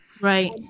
Right